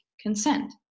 consent